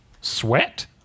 Sweat